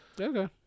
okay